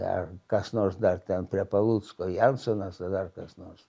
ar kas nors dar ten prie palucko jansonas ar dar kas nors